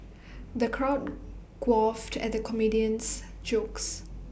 the crowd guffawed at the comedian's jokes